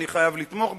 אני חייב לתמוך בה,